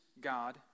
God